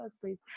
please